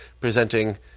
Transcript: presenting